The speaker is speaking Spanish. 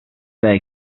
del